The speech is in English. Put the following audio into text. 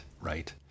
right